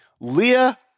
Leah